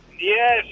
Yes